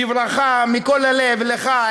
בברכה מכל הלב לך,